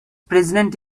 president